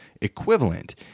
equivalent